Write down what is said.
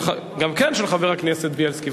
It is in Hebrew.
גם היא של חבר הכנסת בילסקי.